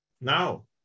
Now